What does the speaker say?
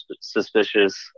suspicious